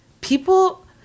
people